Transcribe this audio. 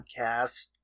podcast